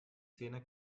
szene